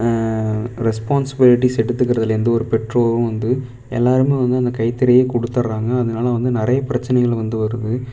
responsibilities எடுத்துக்கிறது இல்லை எந்த ஒரு பெற்றோரும் வந்து எல்லோரும் வந்து அந்த கைத்திரையே கொடுத்திர்றாங்க அதனால வந்து நிறையப் பிரச்சனைகள் வந்து வருது